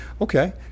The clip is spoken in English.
Okay